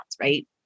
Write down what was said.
right